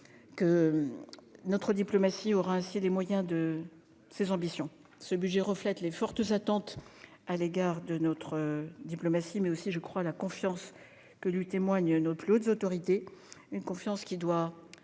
notre diplomatie aura les moyens de ses ambitions. Ce budget reflète les fortes attentes à l'égard de notre diplomatie, mais aussi la confiance que lui témoignent nos plus hautes autorités. C'est une confiance qui doit